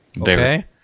Okay